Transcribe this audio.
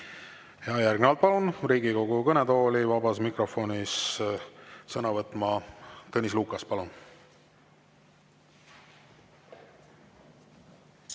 Järgnevalt palun Riigikogu kõnetooli vabas mikrofonis sõna võtma Tõnis Lukase. Palun!